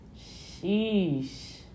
Sheesh